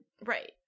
right